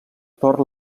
tor